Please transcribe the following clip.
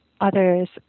others